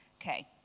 okay